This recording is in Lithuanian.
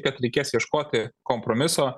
kad reikės ieškoti kompromiso